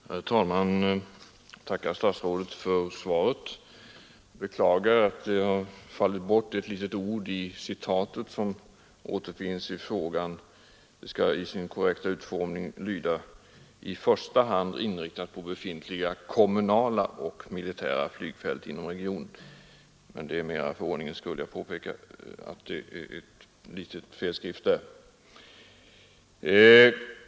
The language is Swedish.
Herr talman! Jag tackar statsrådet för svaret. Jag beklagar att ett litet ord i det citat som återfinns i frågan fallit bort. I sin korrekta utformning skall citatet lyda ”——— i första hand inriktas på befintliga kommunala och militära flygfält inom regionen”. Jag vill nämna detta för ordningens skull.